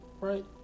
Right